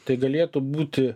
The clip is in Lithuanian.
tai galėtų būti